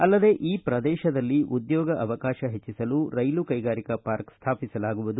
ಅಲ್ಲದೆ ಈ ಪ್ರದೇಶದಲ್ಲಿ ಉದ್ಯೋಗ ಅವಕಾಶ ಹೆಚ್ಚಿಸಲು ರೈಲು ಕೈಗಾರಿಕಾ ಪಾರ್ಕ ಸ್ಥಾಪಿಸಲಾಗುವುದು